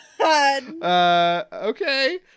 okay